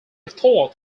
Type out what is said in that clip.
thought